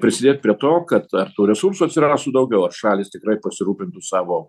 prisidėt prie to kad ar tų resursų atsirastų daugiau ar šalys tikrai pasirūpintų savo